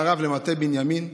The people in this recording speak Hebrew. מערב למטה בנימין,